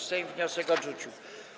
Sejm wniosek odrzucił.